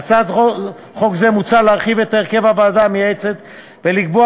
בהצעת חוק זו מוצע להרחיב את הרכב הוועדה המייעצת ולקבוע